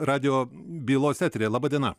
radijo bylose eteryje laba diena